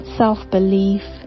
self-belief